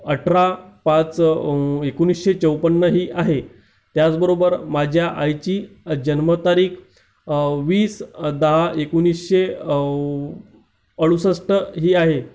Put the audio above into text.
अठरा पाच एकोणीसशे चौपन्न ही आहे त्याचबरोबर माझ्या आईची जन्मतारीख वीस दहा एकोणीसशे अडूसष्ठ ही आहे